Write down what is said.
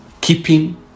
keeping